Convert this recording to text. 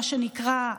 מה שנקרא,